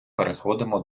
переходимо